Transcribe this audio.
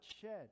shed